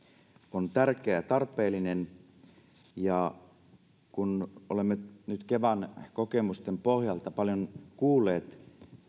on tärkeä ja tarpeellinen kun olemme nyt kevään kokemusten pohjalta paljon kuulleet tämän